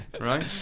right